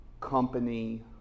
company